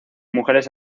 mujeres